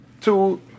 Two